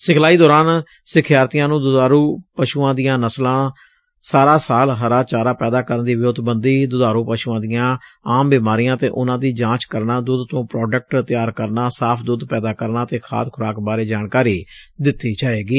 ਸਿਖਲਾਈ ਦੌਰਾਨ ਸਿਖਿਆਰਥੀਆਂ ਨੂੰ ਦੁਧਾਰੁ ਪਸੁਆਂ ਦੀਆਂ ਨਸਲਾਂ ਸਾਰਾ ਸਾਲ ਹਰਾ ਚਾਰਾ ਪੈਦਾ ਕਰਨ ਦੀ ਵਿਉਤਬੰਦੀ ਦੁਧਾਰੂ ਪਸੂਆਂ ਦੀਆਂ ਆਮ ਬਿਮਾਰੀਆਂ ਅਤੇ ਉਨੂਾਂ ਦੀ ਜਾਂਚ ਕਰਨਾ ਦੁੱਧ ਤੋਂ ਪ੍ਰੋਡਕਟ ਤਿਆਰ ਕਰਨਾ ਸਾਫ਼ ਦੁੱਧ ਪੈਦਾ ਕਰਨਾ ਅਤੇ ਖਾਦ ਖੁਰਾਕ ਬਾਰੇ ਜਾਣਕਾਰੀ ਦਿੱਤੀ ਜਾਵੇਗੀ